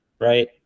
right